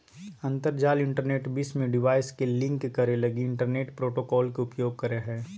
अंतरजाल इंटरनेट विश्व में डिवाइस के लिंक करे लगी इंटरनेट प्रोटोकॉल के उपयोग करो हइ